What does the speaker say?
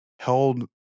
held